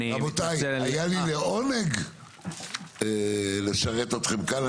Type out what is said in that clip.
רבותיי, היה לי לעונג לשרת אתכם כאן.